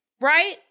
right